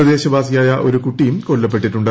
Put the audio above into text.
പ്രദേശവാസിയായ ഒരു കുട്ടിയും കൊല്ലപ്പെട്ടിട്ടുണ്ട്